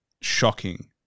shocking